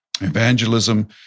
evangelism